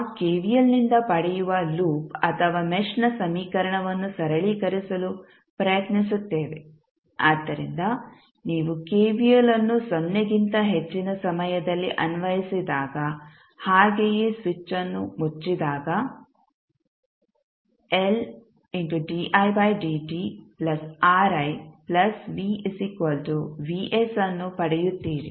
ನಾವು ಕೆವಿಎಲ್ನಿಂದ ಪಡೆಯುವ ಲೂಪ್ ಅಥವಾ ಮೆಶ್ನ ಸಮೀಕರಣವನ್ನು ಸರಳೀಕರಿಸಲು ಪ್ರಯತ್ನಿಸುತ್ತೇವೆ ಆದ್ದರಿಂದ ನೀವು ಕೆವಿಎಲ್ ಅನ್ನು ಸೊನ್ನೆಗಿಂತ ಹೆಚ್ಚಿನ ಸಮಯದಲ್ಲಿ ಅನ್ವಯಿಸಿದಾಗ ಹಾಗೆಯೇ ಸ್ವಿಚ್ ಅನ್ನು ಮುಚ್ಚಿದಾಗ ಅನ್ನು ಪಡೆಯುತ್ತೀರಿ